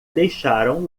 deixaram